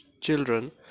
children